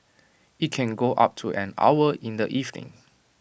IT can go up to an hour in the evening